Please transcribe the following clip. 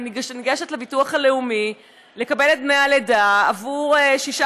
ניגשת לביטוח לאומי לקבל את דמי הלידה עבור שישה